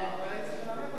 אני צריך לנמק אותה.